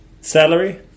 Salary